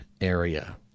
area